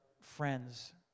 friends